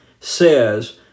says